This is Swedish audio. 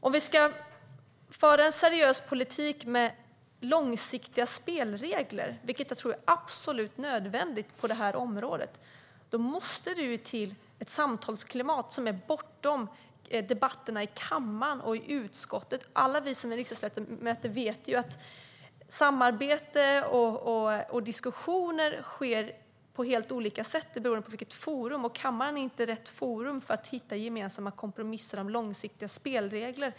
Om vi ska föra en seriös politik med långsiktiga spelregler, vilket jag tror är absolut nödvändigt på det här området, måste det till ett samtalsklimat som är bortom debatterna i kammaren och i utskottet. Alla vi som är riksdagsledamöter vet ju att samarbete och diskussioner sker på helt olika sätt beroende på forum, och kammaren är inte rätt forum för att hitta kompromisser om långsiktiga spelregler.